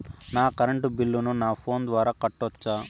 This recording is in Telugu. నా కరెంటు బిల్లును నా ఫోను ద్వారా కట్టొచ్చా?